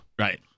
Right